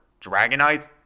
Dragonite